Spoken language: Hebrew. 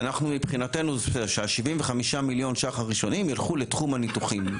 מבחינתנו שה-75 מיליון ₪ הראשונים יילכו לתחום הניתוחים.